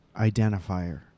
identifier